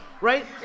right